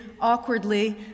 awkwardly